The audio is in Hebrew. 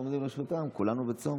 כולנו בצום.